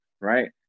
Right